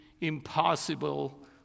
impossible